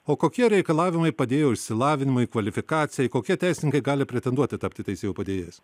o kokie reikalavimai padėjo išsilavinimui kvalifikacijai kokie teisininkai gali pretenduoti tapti teisėjo padėjėjas